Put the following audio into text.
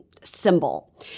symbol